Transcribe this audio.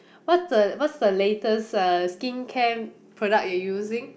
what's the what's the latest uh skincare product you're using